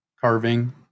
carving